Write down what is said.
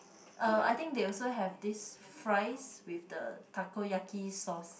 uh I think they also have this fries with the takoyaki sauce